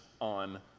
on